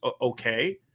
okay